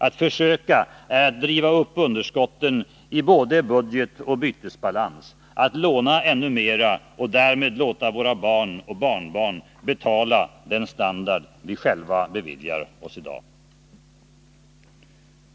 Att försöka är att driva upp underskotten i både budget och bytesbalans, att låna ännu mera och därmed låta våra barn och barnbarn betala den standard vi själva beviljar oss i dag.